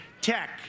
tech